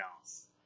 else